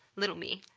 little me.